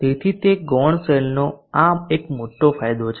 તેથી તે ગૌણ સેલનો આ એક મોટો ફાયદો છે